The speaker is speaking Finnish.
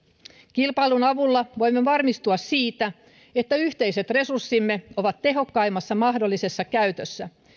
kilpailun avulla voimme varmistua siitä että yhteiset resurssimme ovat tehokkaimmassa mahdollisessa käytössä